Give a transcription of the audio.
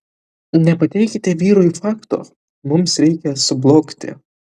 nepateikite vyrui fakto mums reikia sublogti